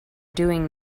doing